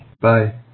Bye